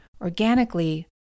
organically